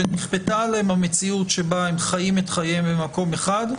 שנכפתה עליה המציאות שבה הם חיים את חייהם במקום אחד,